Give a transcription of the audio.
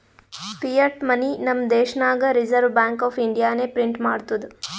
fiat money ನಮ್ ದೇಶನಾಗ್ Reserve Bank of ಇಂಡಿಯಾನೆ ಪ್ರಿಂಟ್ ಮಾಡ್ತುದ್